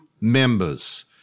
members